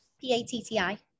P-A-T-T-I